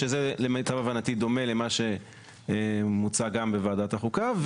שזה למיטב הבנתי דומה למה שמוצע גם בוועדת החוקה,